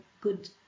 good